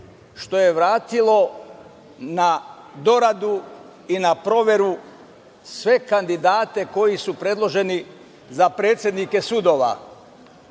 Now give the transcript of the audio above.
što je vratilo na doradu i na proveru sve kandidate koji su predloženi za predsednike sudova.